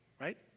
right